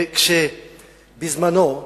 בזמנו,